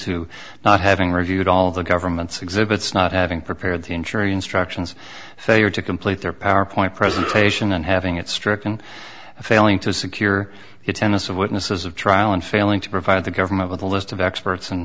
to not having reviewed all the government's exhibits not having prepared to ensure instructions failure to complete their powerpoint presentation and having it stricken failing to secure it tennis of witnesses of trial and failing to provide the government with a list of experts and